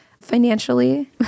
financially